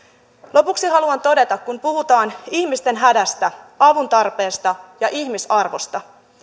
lopuksi haluan todeta kun puhutaan ihmisten hädästä avuntarpeesta ja ihmisarvosta että